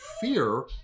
fear